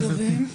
צוהריים טובים,